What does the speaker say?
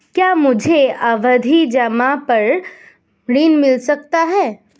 क्या मुझे सावधि जमा पर ऋण मिल सकता है?